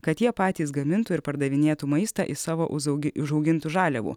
kad jie patys gamintų ir pardavinėtų maistą is savo uzaugi užaugintų žaliavų